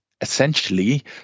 essentially